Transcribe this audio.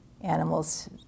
animals